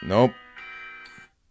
Nope